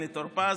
חבר הכנסת סעדה,